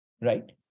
right